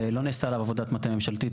ולא נעשתה עליו עבודת מטה ממשלתית.